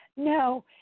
No